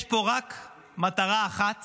יש פה רק מטרה אחת